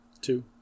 two